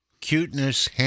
cuteness